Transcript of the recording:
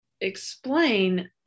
explain